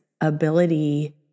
ability